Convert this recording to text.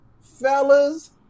fellas